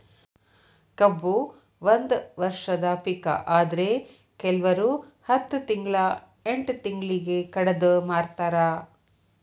ಕಬ್ಬು ಒಂದ ವರ್ಷದ ಪಿಕ ಆದ್ರೆ ಕಿಲ್ವರು ಹತ್ತ ತಿಂಗ್ಳಾ ಎಂಟ್ ತಿಂಗ್ಳಿಗೆ ಕಡದ ಮಾರ್ತಾರ್